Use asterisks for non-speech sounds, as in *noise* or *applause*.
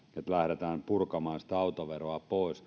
että lähdetään purkamaan sitä autoveroa pois *unintelligible*